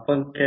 पहावे लागेल